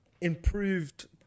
improved